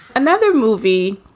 another movie